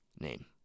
name